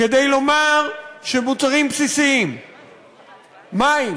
כדי לומר שמוצרים בסיסיים, מים,